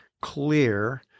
clear